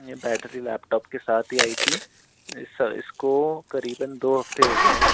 ये battery laptop के साथ ही आई थी सर इसको करीबन दो हफ्ते हो गए है